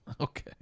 Okay